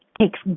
takes